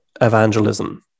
evangelism